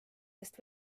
eest